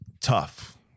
Tough